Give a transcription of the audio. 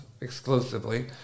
exclusively